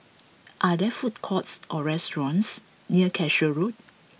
are there food courts or restaurants near Cashew Road